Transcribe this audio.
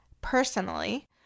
personally